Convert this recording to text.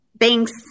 Thanks